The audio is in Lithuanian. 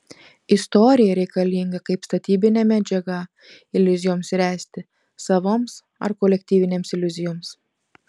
istorija reikalinga kaip statybinė medžiaga iliuzijoms ręsti savoms ar kolektyvinėms iliuzijoms